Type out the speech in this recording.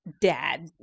dad